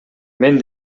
мен